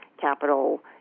Capital